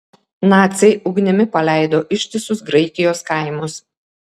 naciai ugnimi paleido ištisus graikijos kaimus